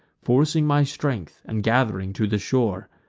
forcing my strength, and gath'ring to the shore.